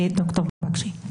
ד"ר בקשי.